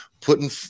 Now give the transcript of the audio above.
putting